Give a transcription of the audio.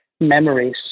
memories